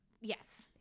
yes